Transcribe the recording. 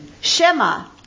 Shema